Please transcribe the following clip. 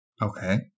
Okay